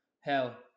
Hell